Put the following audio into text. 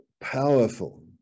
powerful